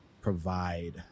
provide